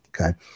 okay